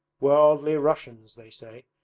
worldly russians they say.